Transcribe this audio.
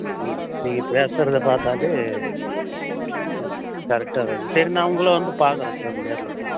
ம் ம் நீங்கள் பேசறதை பார்த்தாலே ம் கரெக்டாக வருது சரி நான் உங்களை வந்து பார்க்கறேன் சார் நேரில் பார்க்குறேன்